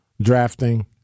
drafting